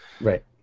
Right